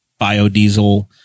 Biodiesel